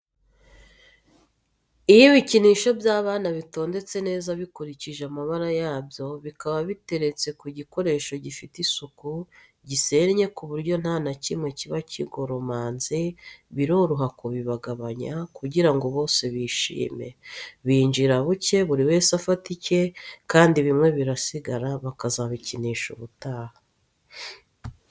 Iyo ibikinisho by'abana bitondetse neza bikurikije amabara yabyo, bikaba biteretse ku gikoresho gifite isuku, gisennye ku buryo nta na kimwe kiba kigoromanze, biroroha kubibagabanya, kugira ngo bose bishime, binjira buke buri wese afata icye, kandi bimwe birasigara bakazabikinisha ubutaha.